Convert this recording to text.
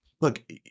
look